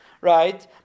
right